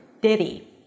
Diddy